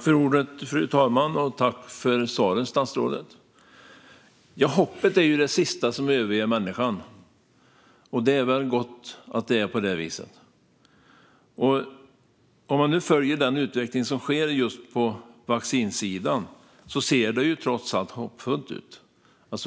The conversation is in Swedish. Fru talman! Tack för svaret, statsrådet! Hoppet är det sista som överger människan, och det är väl gott. Om man följer den utveckling som sker just på vaccinsidan ser det trots allt hoppfullt ut.